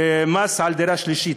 מס על דירה שלישית,